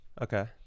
Okay